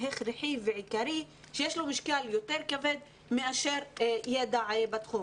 הכרחי ועיקרי שיש לו משקל יותר כבד מאשר ידע בתחום?